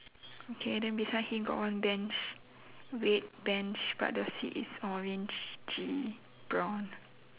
okay then beside him got one bench red bench but the seat is orangey brown